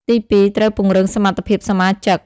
ទីពីរ ត្រូវ ពង្រឹងសមត្ថភាពសមាជិក។